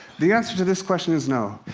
the answer to this question is no.